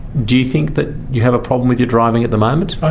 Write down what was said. do you think that you have a problem with your driving at the moment? i